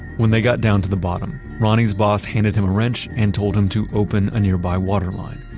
when they got down to the bottom, ronnie's boss handed him a wrench and told him to open a nearby waterline,